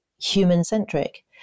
human-centric